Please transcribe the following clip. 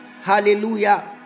Hallelujah